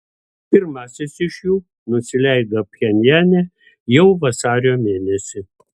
pirmasis iš jų nusileido pchenjane jau vasario mėnesį